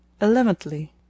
eleventhly